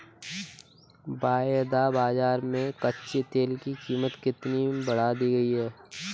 वायदा बाजार में कच्चे तेल की कीमत कितनी बढ़ा दी गई है?